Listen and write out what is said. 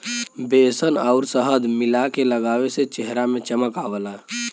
बेसन आउर शहद मिला के लगावे से चेहरा में चमक आवला